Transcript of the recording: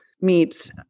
meets